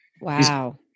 Wow